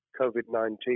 COVID-19